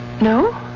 No